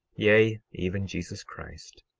yea, even jesus christ.